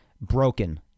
Broken